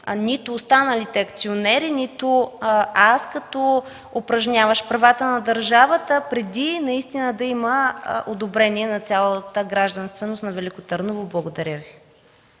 нито останалите акционери, нито аз, като упражняващ правата на държавата, преди да има одобрение на цялото гражданство на Велико Търново. Благодаря Ви.